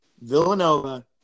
Villanova